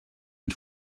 ens